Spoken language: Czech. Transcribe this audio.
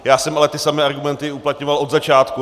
Já jsem ale ty samé argumenty uplatňoval od začátku.